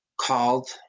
called